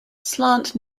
slant